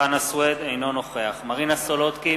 אינו נוכח מרינה סולודקין,